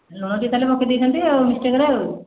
ଲୁଣ ଟିକେ ତା'ହେଲେ ପକାଇଦେଇଛନ୍ତି ଆଉ ମିଷ୍ଟେକରେ ଆଉ